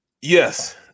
Yes